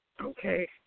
Okay